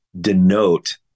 denote